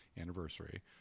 anniversary